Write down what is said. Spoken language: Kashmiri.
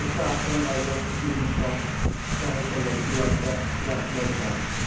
یہِ چھِ آسان واریاہ خُوشی ہِنٛز کَتھ چاہے سۄ لٔڑکی آسیٚہ یا لٔڑکہٕ آسیٚہ